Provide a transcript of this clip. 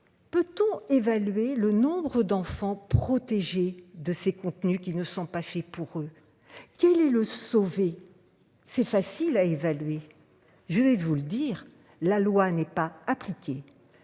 Peut-on évaluer le nombre d'enfants protégés de ces contenus qui ne sont pas faits pour eux. Quel est le sauver. C'est facile à évaluer. Je vais vous le dire, la loi n'est pas appliquée.